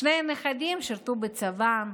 שני הנכדים שירתו בצבא,